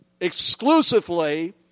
exclusively